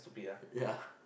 ya